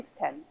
610